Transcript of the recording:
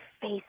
face